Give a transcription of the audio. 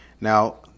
Now